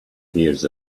hears